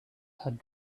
had